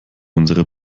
unsere